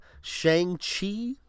Shang-Chi